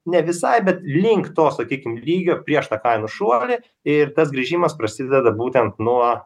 ne visai bet link to sakykim lygio prieš tą kainų šuolį ir tas grįžimas prasideda būtent nuo